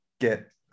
get